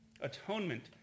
Atonement